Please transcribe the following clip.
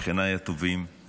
שכניי הטובים,